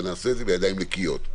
ונעשה את זה בידיים נקיות.